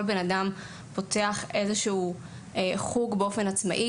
בן אדם פותח איזה שהוא חוג באופן עצמאי,